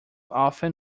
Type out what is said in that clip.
often